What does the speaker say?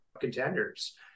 contenders